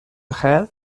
rêve